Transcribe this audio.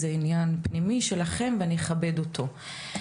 זה עניין פנימי שלכם ואני אכבד אותו.